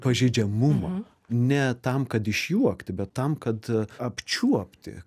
pažeidžiamumą ne tam kad išjuokti bet tam kad apčiuopti